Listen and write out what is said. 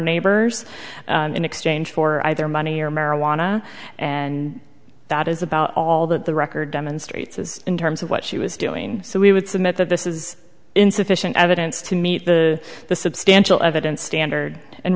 neighbors in exchange for either money or marijuana and that is about all that the record demonstrates is in terms of what she was doing so we would submit that this is insufficient evidence to meet the the substantial evidence standard and